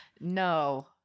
No